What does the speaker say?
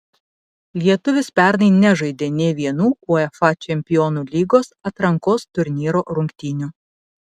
lietuvis pernai nežaidė nė vienų uefa čempionų lygos atrankos turnyro rungtynių